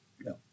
No